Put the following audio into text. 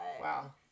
Wow